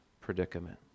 predicament